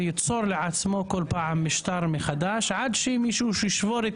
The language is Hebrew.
וייצור לעצמו כל פעם משטר מחדש עד שמישהו ישבור את